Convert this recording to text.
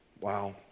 wow